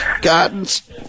Gardens